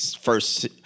first